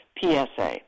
PSA